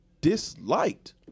disliked